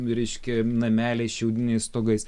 reiškia nameliai šiaudiniais stogais